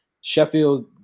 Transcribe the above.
Sheffield